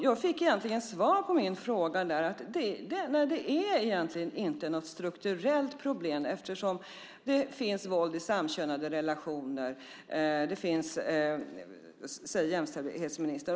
Jag fick egentligen till svar på min fråga att det inte är något strukturellt problem eftersom det finns våld i samkönade relationer. Det säger jämställdhetsministern.